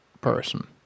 Person